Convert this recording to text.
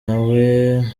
nawe